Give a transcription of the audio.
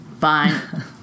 Fine